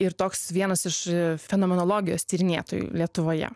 ir toks vienas iš fenomenologijos tyrinėtojų lietuvoje